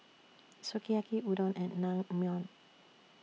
Sukiyaki Udon and Naengmyeon